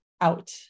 out